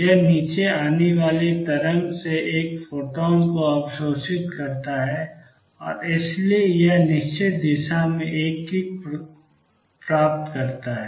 यह नीचे आने वाली तरंग से एक फोटॉन को अवशोषित कर सकता है और इसलिए यह निश्चित दिशा में एक किक प्राप्त करता है